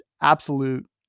absolute